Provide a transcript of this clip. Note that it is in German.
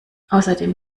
außerdem